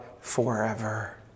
forever